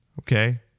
Okay